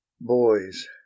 Boys